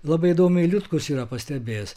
labai įdomiai liutkus yra pastebėjęs